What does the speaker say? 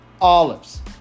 olives